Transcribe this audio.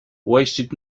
wasted